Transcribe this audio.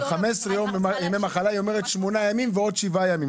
15 יום ימי מחלה זה 8 ימים הקיימים ועוד 7 ימים.